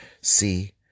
See